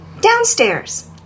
Downstairs